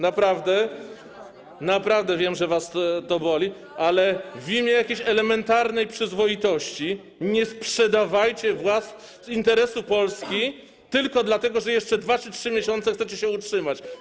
Naprawdę wiem, że was to boli, ale w imię jakiejś elementarnej przyzwoitości nie sprzedawajcie interesu Polski tylko dlatego, że jeszcze 2 czy 3 miesiące chcecie się utrzymać.